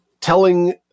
telling